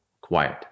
quiet